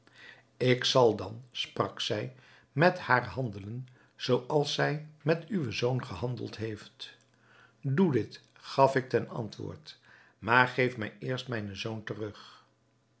ik zal dan sprak zij met haar handelen zoo als zij met uwen zoon gehandeld heeft doe dit gaf ik ten antwoord maar geef mij eerst mijnen zoon terug